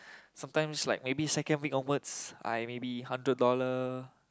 sometimes like maybe second weeks onward I may be hundred dollar